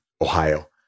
Ohio